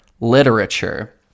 literature